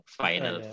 final